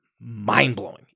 Mind-blowing